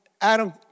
Adam